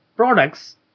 products